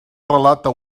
relata